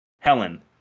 Helen